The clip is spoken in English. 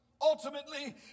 Ultimately